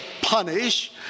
punish